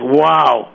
wow